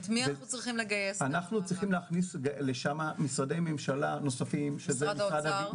אנחנו צריכים להכניס לשם משרדי ממשלה נוספים כמו משרד האוצר,